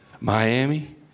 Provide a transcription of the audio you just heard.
Miami